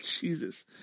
Jesus